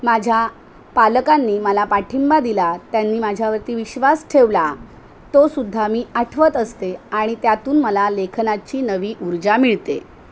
माझ्या पालकांनी मला पाठिंबा दिला त्यांनी माझ्यावरती विश्वास ठेवला तो सुद्धा मी आठवत असते आणि त्यातून मला लेखनाची नवी ऊर्जा मिळते